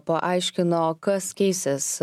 paaiškino kas keisis